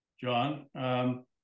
John